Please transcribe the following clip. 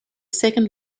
second